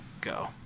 go